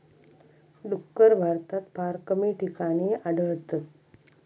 डुक्कर भारतात फार कमी ठिकाणी आढळतत